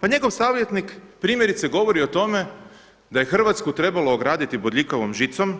Pa njegov savjetnik primjerice govori o tome da je Hrvatsku trebalo ograditi bodljikavom žicom